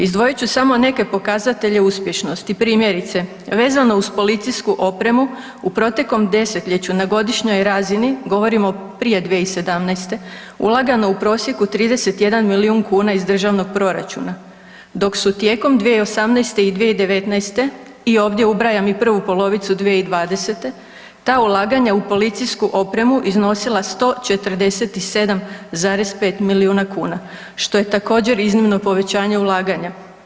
Izdvojit ću samo neke pokazatelje uspješnosti, primjerice vezano uz policijsku opremu u proteklom desetljeću na godišnjoj razini govorim o prije 2017. ulagano u prosjeku 31 milijun kuna iz državnog proračuna, dok su tijekom 2018. i 2019. i ovdje ubrajam i prvu polovicu 2020. ta ulaganja u policijsku opremu iznosila 147,5 milijuna kuna što je također iznimno povećanje ulaganja.